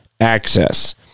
access